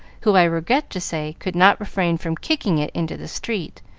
who, i regret to say, could not refrain from kicking it into the street,